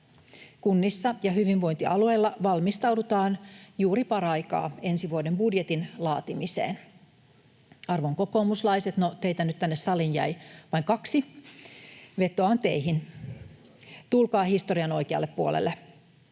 kunnissa ja hyvinvointialueilla valmistaudutaan juuri paraikaa ensi vuoden budjetin laatimiseen. Arvon kokoomuslaiset — no, teitä nyt tänne saliin jäi vain kaksi — vetoan teihin: Tulkaa historian oikealle puolelle.